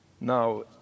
Now